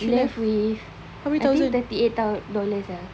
left with I think thirty eight thou~ dollars eh